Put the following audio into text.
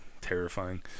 Terrifying